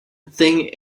thing